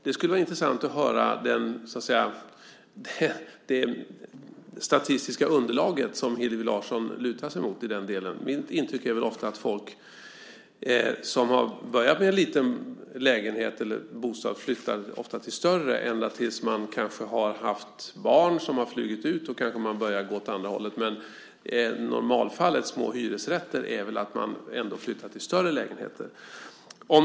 Det skulle vara intressant att höra vilket statistiskt underlag som Hillevi Larsson lutar sig mot i den delen. Mitt intryck är väl att folk som har börjat med en liten lägenhet eller bostad ofta flyttar till större. Om man har barn kanske man börjar gå åt andra hållet då dessa har flugit ut, men normalfallet när det gäller små hyresrätter är väl ändå att man flyttar till större lägenheter.